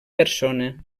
persona